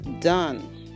done